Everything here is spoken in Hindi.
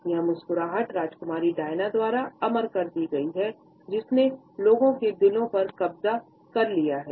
यह मुस्कुराहट राजकुमारी डायना द्वारा अमर कर दी गई है जिसने लोगों के दिलों पर कब्जा कर लिया है